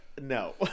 no